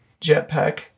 Jetpack